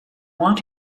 want